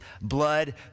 blood